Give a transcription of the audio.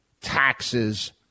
taxes